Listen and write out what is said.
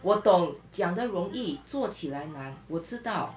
我懂讲的容易做起来难我知道